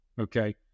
Okay